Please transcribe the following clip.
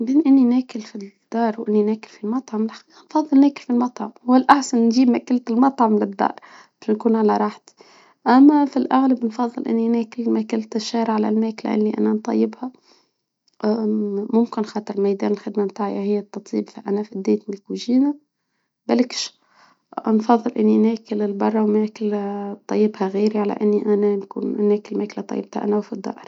بين اني ناكل في الدار وانني ناكل فالمطعم للدار نفضل ناكل بالمطعم باش نكون على راحتي اما فالأغلب نفضل اني ناكل ماكلت الشعر على الماكلة اللي انا نطيبها ممكن خاطر ميدان الخدمة نتاعي هي التطييب فأنا والكوجينة نفضل انه نطيبها مايطيبها غيري على اني انا نكون طيبتا انا وفي الدار